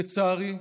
לצערי,